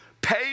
pay